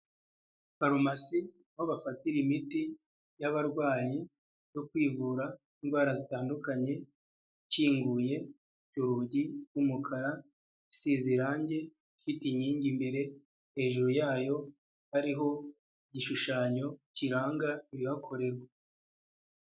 Farumasi aho bafatira imiti y'abarwayi yo kwivura indwara zitandukanye, ikinguye urugi rw'umukara, isize irangi, ifite inkingi mbere. Hejuru yayo hariho igishushanyo kiranga ibihakorerwa.